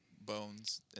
bones